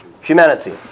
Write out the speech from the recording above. humanity